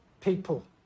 people